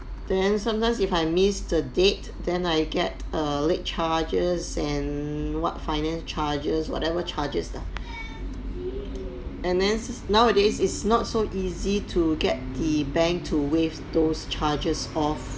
then sometimes if I miss the date then I get a late charges and what finance charges whatever charges lah and then s~ nowadays is not so easy to get the bank to waive those charges off